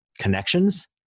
connections